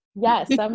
Yes